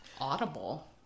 audible